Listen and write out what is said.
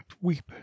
weep